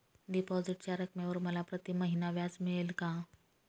डिपॉझिटच्या रकमेवर मला प्रतिमहिना व्याज मिळेल का?